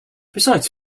besides